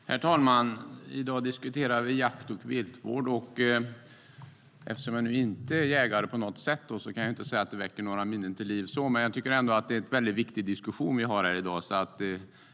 Herr talman! I dag diskuterar vi jakt och viltvård. Eftersom jag inte på något sätt är jägare kan jag inte säga att det väcker några minnen till liv, men jag tycker ändå att det är en viktig diskussion vi för här i dag.